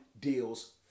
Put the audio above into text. deals